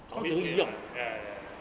好用边 lah ya ya